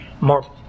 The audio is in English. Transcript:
more